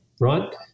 right